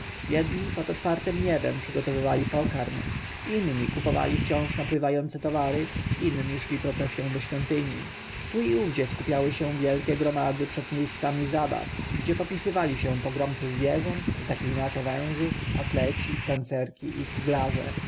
jedni pod otwartem niebem przygotowywali pokarm inni kupowali wciąż napływające towary inni szli procesją do świątyni tu i owdzie skupiały się wielkie gromady przed miejscami zabaw gdzie popisywali się pogromcy zwierząt zaklinacze wężów atleci tancerki i kuglarze